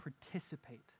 participate